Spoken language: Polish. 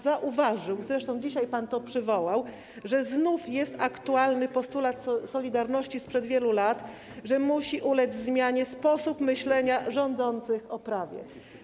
Zauważył pan, zresztą dzisiaj pan to przywołał, że znów jest aktualny postulat „Solidarności” sprzed wielu lat, że musi ulec zmianie sposób myślenia rządzących o prawie.